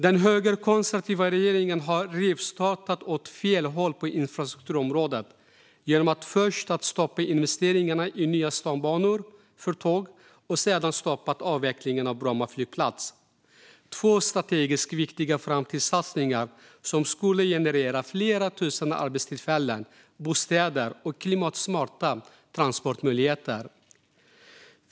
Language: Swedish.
Den högerkonservativa regeringen har rivstartat åt fel håll på infrastrukturområdet genom att först stoppa investeringarna i nya stambanor för tåg och sedan stoppa avvecklingen av Bromma flygplats - två strategiskt viktiga framtidssatsningar som skulle generera flera tusen arbetstillfällen, bostäder och klimatsmarta transportmöjligheter.